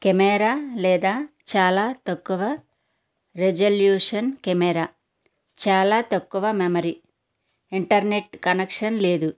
camera లేదా చాలా తక్కువ రిజల్యూషన్ కెమెరా చాలా తక్కువ మెమొరీ ఇంటర్నెట్ కనెక్షన్ లేదు